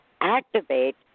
activate